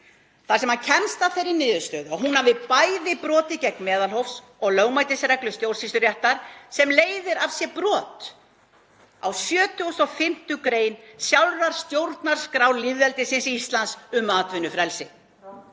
þar sem hann kemst að þeirri niðurstöðu að hún hafi bæði brotið gegn meðalhófs- og lögmætisreglu stjórnsýsluréttar, sem leiðir af sér brot á 75. gr. sjálfrar stjórnarskrár lýðveldisins Íslands um atvinnufrelsi.